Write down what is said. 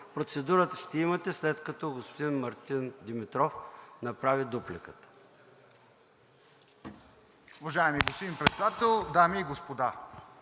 Процедурата ще я имате, след като господин Мартин Димитров направи дупликата.